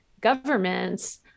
governments